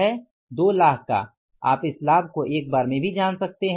2 लाख का आप इस लाभ को एक बार में भी जान सकते हैं